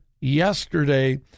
yesterday